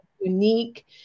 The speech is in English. unique